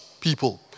people